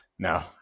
No